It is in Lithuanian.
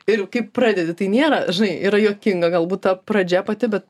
ir kai pradedi tai nėra žinai yra juokinga galbūt ta pradžia pati bet